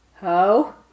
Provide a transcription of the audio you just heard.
Ho